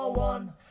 one